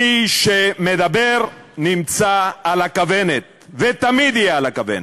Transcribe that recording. מי שמדבר נמצא על הכוונת, ותמיד יהיה על הכוונת,